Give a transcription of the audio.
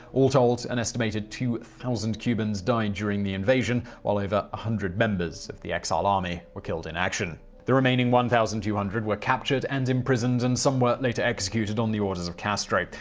all told, an estimated two thousand cubans died during the invasion, while over one hundred members of the exile army were killed in action. the remaining one thousand two hundred were captured and imprisoned, and some were later executed on the orders of castro.